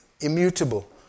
immutable